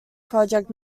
project